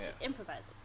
improvisers